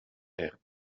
erba